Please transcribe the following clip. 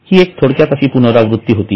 हि एक थोडक्यात अशी पुनरावृत्ती होती